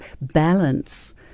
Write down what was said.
balance